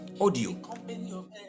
audio